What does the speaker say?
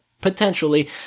potentially